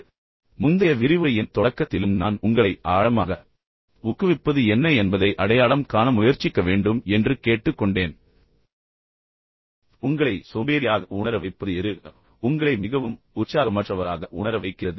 எனவே முந்தைய விரிவுரையின் தொடக்கத்திலும் நான் உங்களை ஆழமாக ஊக்குவிப்பது என்ன என்பதை அடையாளம் காண முயற்சிக்க வேண்டும் என்று கேட்டுக்கொண்டேன் உங்களை சோம்பேறியாக உணர வைப்பது எது உங்களை மிகவும் உற்சாகமற்றவராக உணர வைக்கிறது